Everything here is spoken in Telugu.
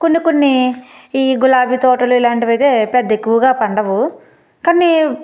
కొన్ని కొన్ని ఈ గులాబీ తోటలు ఇలాంటివైతే పెద్దెక్కువగా పండవు కొన్ని